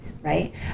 right